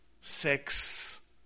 sex